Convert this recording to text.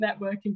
networking